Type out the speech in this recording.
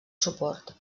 suport